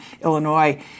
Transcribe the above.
Illinois